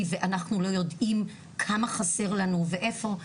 ואנחנו לא יודעים כמה חסר לנו ואיפה,